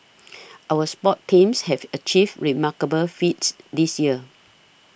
our sports teams have achieved remarkable feats this year